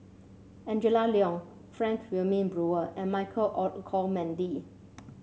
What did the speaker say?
Angela Liong Frank Wilmin Brewer and Michael Olcomendy